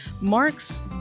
Mark's